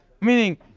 Meaning